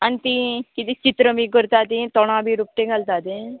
आनी ती किदें चित्रां बी करता तीं तोंडां बी रुपटें घालता तें